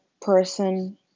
person